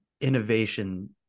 innovation